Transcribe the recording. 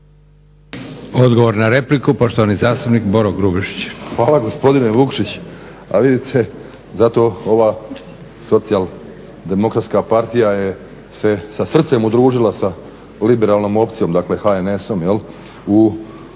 Odgovor na repliku poštovani zastupnik Boro Grubišić. **Grubišić, Boro (HDSSB)** Hvala gospodine Vukšić. A vidite zato ova Socijaldemokratska partija se sa srcem udružila sa liberalnom opcijom dakle HNS-om u